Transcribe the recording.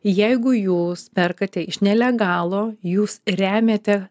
jeigu jūs perkate iš nelegalo jūs remiate